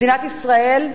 מדינת ישראל,